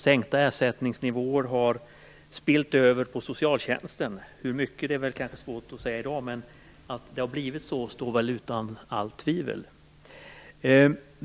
Sänkta ersättningsnivåer har så att säga spillt över på socialtjänsten. Hur mycket är i dag svårt att säga, men att så är fallet står väl utom allt tvivel.